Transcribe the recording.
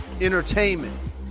entertainment